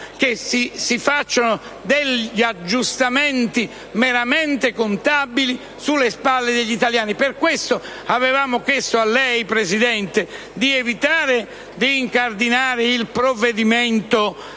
che si facciano degli aggiustamenti meramente contabili sulle spalle degli italiani. Per questo avevamo chiesto a lei, signor Presidente, di evitare di incardinare il provvedimento questa